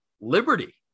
Liberty